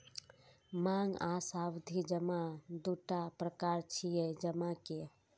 मांग आ सावधि जमा दूटा प्रकार छियै जमा के